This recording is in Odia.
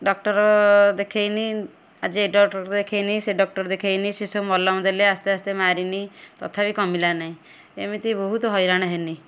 ଡକ୍ଟର୍ ଦେଖେଇନି ଆଜି ଏ ଡକ୍ଟର୍କୁ ଦେଖେଇନି ସେ ଡକ୍ଟର୍ ଦେଖେଇନି ସିଏ ସବୁ ମଲମ ଦେଲେ ଆସ୍ତେ ଆସ୍ତେ ମାରିନି ତଥାପି କମିଲା ନାଇଁ ଏମିତି ବହୁତୁ ହଇରାଣ ହେନି